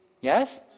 Yes